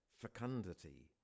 fecundity